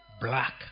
black